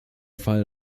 fall